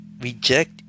reject